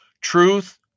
Truth